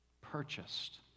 purchased